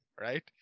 right